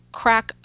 crack